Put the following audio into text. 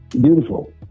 beautiful